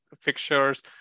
fixtures